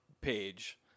page